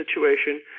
situation